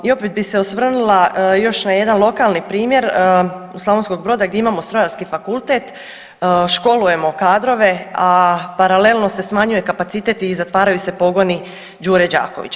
I opet bi se osvrnula još na jedan lokalni primjer Slavonskog Broda gdje imamo Strojarski fakultet, školujemo kadrove, a paralelno se smanjuju kapaciteti i zatvaraju se pogoni Đure Đakovića.